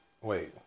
wait